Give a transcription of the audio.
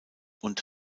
und